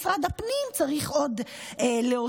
גם משרד הפנים צריך עוד להוסיף.